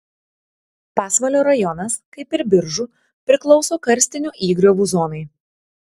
pasvalio rajonas kaip ir biržų priklauso karstinių įgriovų zonai